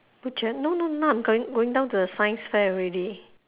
butcher no no now I'm going going down to the science fair already